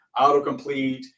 Autocomplete